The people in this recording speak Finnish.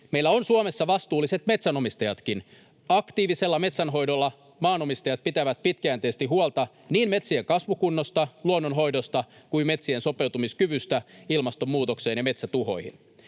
Meillä on Suomessa vastuulliset metsänomistajatkin. Aktiivisella metsänhoidolla maanomistajat pitävät pitkäjänteisesti huolta niin metsien kasvukunnosta, luonnon hoidosta kuin metsien sopeutumiskyvystä ilmastonmuutokseen ja metsätuhoihin.